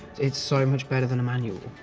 it's so much better than a manual,